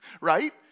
right